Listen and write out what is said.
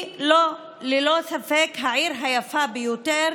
היא ללא ספק העיר היפה ביותר